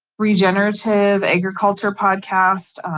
regenerative agriculture podcast.